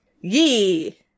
Yee